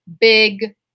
big